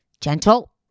Gentle